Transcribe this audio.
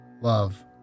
Love